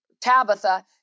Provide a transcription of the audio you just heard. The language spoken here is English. Tabitha